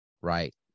right